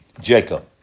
Jacob